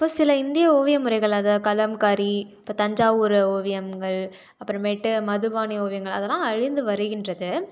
இப்போ சில இந்திய ஓவியமுறைகள் அது கலம்காரி இப்போ தஞ்சாவூர் ஓவியம்கள் அப்புறமேட்டு மதுபானி ஓவியங்கள் அதெல்லாம் அழிந்து வருகின்றது